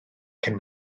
cyn